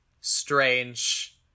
strange